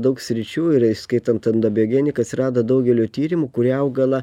daug sričių ir įskaitant endobiogenika atsirado daugelio tyrimų kurie augalą